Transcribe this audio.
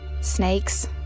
Snakes